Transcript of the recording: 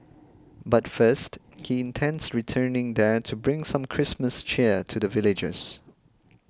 but first he intends returning there to bring some Christmas cheer to the villagers